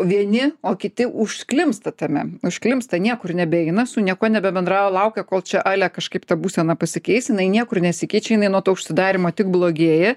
vieni o kiti užklimpsta tame užklimpsta niekur nebeina su niekuo nebebendrauja laukia kol čia ale kažkaip ta būsena pasikeis jinai niekur nesikeičia jinai nuo to užsidarymo tik blogėja